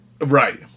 Right